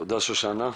תודה שושנה.